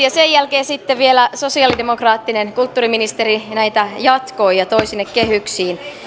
ja sen jälkeen sitten vielä sosialidemokraattinen kulttuuriministeri näitä jatkoi ja toi sinne kehyksiin